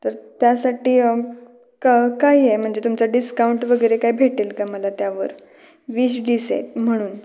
तर त्यासाठी का काय आहे म्हणजे तुमचं डिस्काउंट वगैरे काय भेटेल मला त्यावर वीस डिस आहे म्हणून